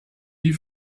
die